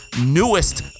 newest